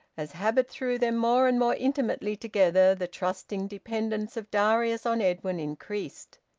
as habit threw them more and more intimately together, the trusting dependence of darius on edwin increased.